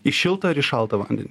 į šiltą ar į šaltą vandenį